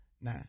Nah